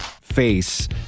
face